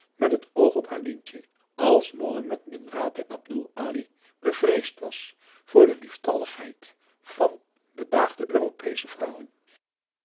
met het oog op haar lientje als mohamed bin rateh abdoel ali bevreesd was voor de lieftalligheid van bedaagde europeesche vrouwen